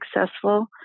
successful